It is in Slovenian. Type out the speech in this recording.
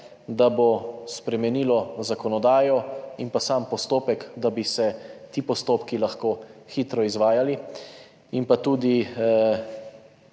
da bo spremenilo zakonodajo in sam postopek, da bi se ti postopki lahko hitro izvajali? Ali